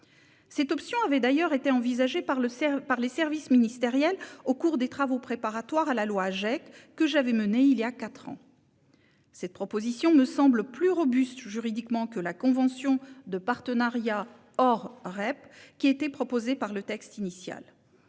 Cette option avait d'ailleurs été envisagée par les services ministériels au cours des travaux préparatoires à la loi Agec que j'avais menés il y a quatre ans. Cette proposition me semble plus robuste juridiquement que la convention de partenariat hors REP qui était proposée dans le texte initial.